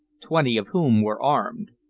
twenty of whom were armed.